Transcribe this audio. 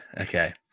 Okay